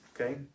Okay